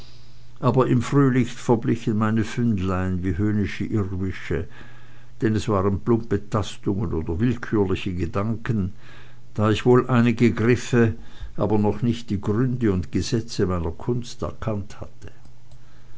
aber im frühlicht verblichen meine fündlein wie höhnische irrwische denn es waren plumpe tastungen oder willkürliche gedanken da ich wohl einige griffe aber noch nicht die gründe und gesetze meiner kunst erkannt hatte